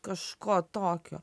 kažko tokio